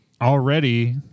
already